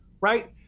right